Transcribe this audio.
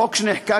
החוק שנחקק,